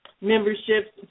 memberships